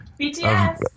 BTS